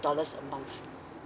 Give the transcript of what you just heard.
dollars a month